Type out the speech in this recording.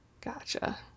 Gotcha